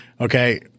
Okay